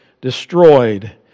destroyed